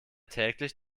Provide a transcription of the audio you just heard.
täglich